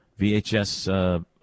VHS